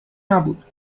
نبود